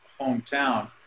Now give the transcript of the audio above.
hometown